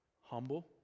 humble